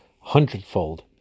hundredfold